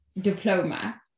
diploma